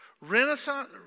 Renaissance